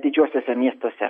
didžiuosiuose miestuose